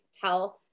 tell